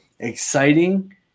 exciting